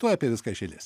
tuoj apie viską iš eilės